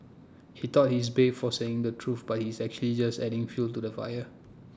he thought he's brave for saying the truth but he's actually just adding fuel to the fire